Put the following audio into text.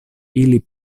ili